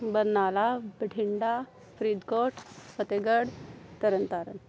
Barnala Bathinda Faridkot Fatehgarh Tarn Taran